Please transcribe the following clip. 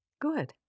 Good